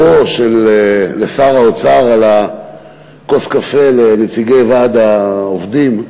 שאפּוֹ לשר האוצר על כוס הקפה לנציגי ועד העובדים.